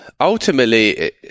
ultimately